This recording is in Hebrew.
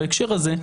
בהקשר הזה,